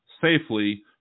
safely